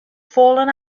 fallen